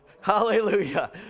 Hallelujah